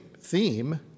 theme